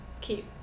keep